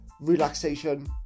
relaxation